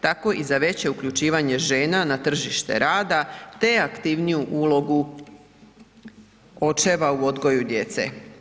Tako i za veće uključivanje žena na tržište rada te aktivniju ulogu očeva u odgoju djece.